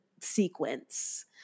sequence